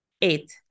Eight